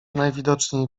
najwidoczniej